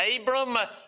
Abram